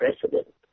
president